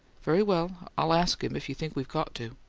very well, i'll ask him, if you think we've got to.